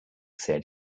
said